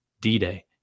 D-Day